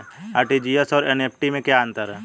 RTGS और NEFT में क्या अंतर है?